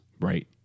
Right